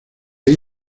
ahí